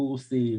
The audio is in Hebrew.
קורסים.